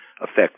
affect